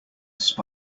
spy